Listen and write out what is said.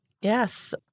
yes